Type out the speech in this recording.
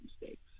mistakes